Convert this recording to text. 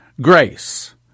grace